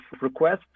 requests